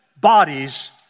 bodies